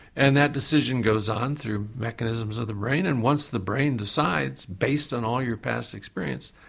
and that decision goes on through mechanisms of the brain, and once the brain decides, based on all your past experience,